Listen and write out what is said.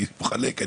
אני מחלק"